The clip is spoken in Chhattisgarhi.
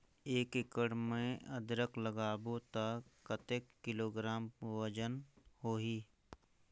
एक एकड़ मे अदरक लगाबो त कतेक किलोग्राम वजन होही?